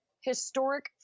historic